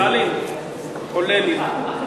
מי, סטלין או לנין?